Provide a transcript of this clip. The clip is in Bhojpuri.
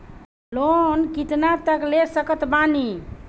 लोन कितना तक ले सकत बानी?